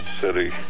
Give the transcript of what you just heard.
city